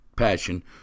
passion